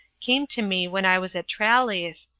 came to me when i was at tralles,